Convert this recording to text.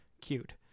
Cute